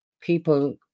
people